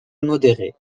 modérée